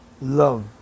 love